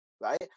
right